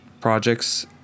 projects